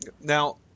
Now